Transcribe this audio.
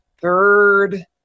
third